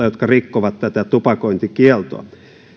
jotka rikkovat tätä tupakointikieltoa